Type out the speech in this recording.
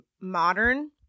modern